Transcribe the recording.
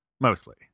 Mostly